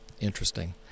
interesting